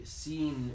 seen